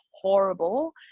horrible